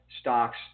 stocks